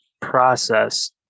process